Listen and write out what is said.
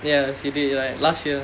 yes you did like last year